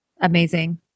Amazing